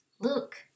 look